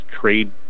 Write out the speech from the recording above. trade